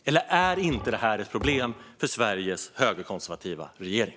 Eller är detta inte ett problem för Sveriges högerkonservativa regering?